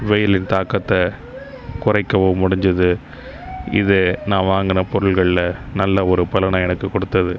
வெயிலின் தாக்கத்தை குறைக்கவோ முடிஞ்சிது இது நான் வாங்கின பொருட்களில் நல்ல ஒரு பலனை எனக்கு கொடுத்துது